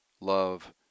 love